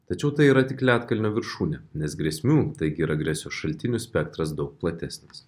tačiau tai yra tik ledkalnio viršūnė nes grėsmių taigi ir agresijos šaltinių spektras daug platesnis